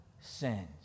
sins